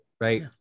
Right